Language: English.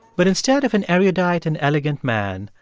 but instead of an erudite and elegant man,